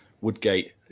Woodgate